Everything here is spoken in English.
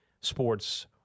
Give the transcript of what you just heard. Sports